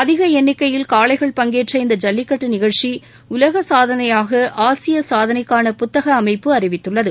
அதிக எண்ணிக்கையில் காளைகள் பங்கேற்ற இந்த ஜல்லிக்கட்டு நிகழ்ச்சி உலக சாதனையாக ஆசிய சாதனைக்கான புத்தக அமைப்பு அறிவித்துள்ளது